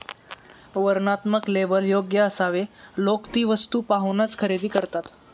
वर्णनात्मक लेबल योग्य असावे लोक ती वस्तू पाहूनच खरेदी करतात